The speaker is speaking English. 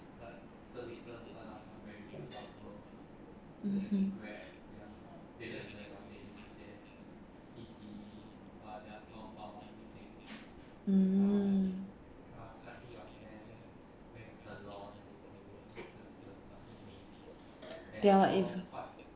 mm mm they are if